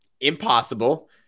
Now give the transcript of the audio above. impossible